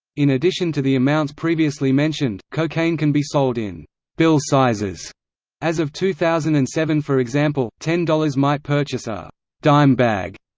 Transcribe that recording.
in addition to the amounts previously mentioned, cocaine can be sold in bill sizes as of two thousand and seven for example, ten dollars might purchase a dime bag,